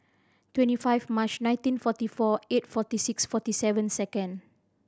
twenty five March nineteen forty four eight forty six forty seven second